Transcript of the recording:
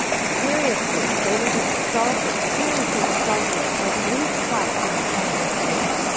seriously they will be assaulted seriously assaulted at least twice in their twenty year career.